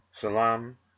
salam